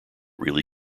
really